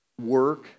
work